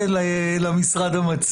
בעת מסירת ההודעה.